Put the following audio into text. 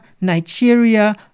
Nigeria